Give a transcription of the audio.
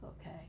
okay